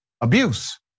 abuse